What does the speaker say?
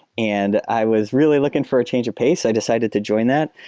and i was really looking for a change of pace. i decided to join that,